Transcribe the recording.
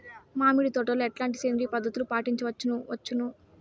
మామిడి తోటలో ఎట్లాంటి సేంద్రియ పద్ధతులు పాటించవచ్చును వచ్చును?